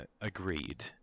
agreed